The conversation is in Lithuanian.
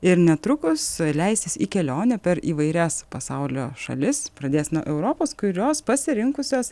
ir netrukus leisis į kelionę per įvairias pasaulio šalis pradės nuo europos kurios pasirinkusios